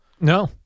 No